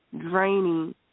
draining